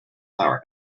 our